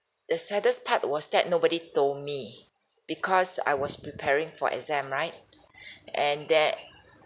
the saddest part was that nobody told me because I was preparing for exam right and that